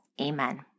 Amen